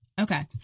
Okay